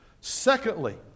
Secondly